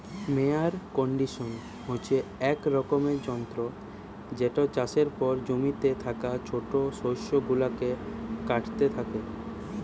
mower condition হচ্ছে এক রকমের যন্ত্র যেটা চাষের পর জমিতে থাকা ছোট শস্য গুলাকে কাটতে থাকে